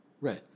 Right